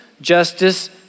justice